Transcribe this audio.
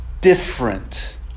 different